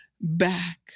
back